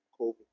COVID